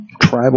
tribal